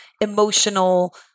emotional